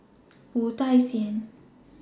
Wu Tsai Yen